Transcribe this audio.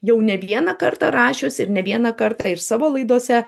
jau ne vieną kartą rašiusi ir ne vieną kartą ir savo laidose